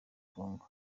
kongo